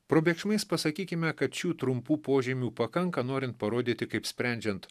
probėgsmais pasakykime kad šių trumpų požymių pakanka norin parodyti kaip sprendžiant